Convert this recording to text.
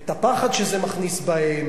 את הפחד שזה מכניס בהם,